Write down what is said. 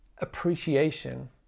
appreciation